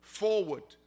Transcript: forward